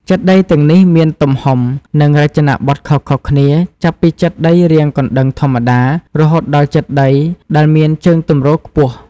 ចេតិយទាំងនេះមានទំហំ និងរចនាបថខុសៗគ្នា ចាប់ពីចេតិយរាងកណ្តឹងធម្មតា រហូតដល់ចេតិយដែលមានជើងទម្រខ្ពស់។